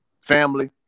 family